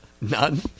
None